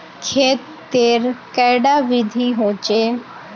खेत तेर कैडा विधि होचे?